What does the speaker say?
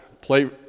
play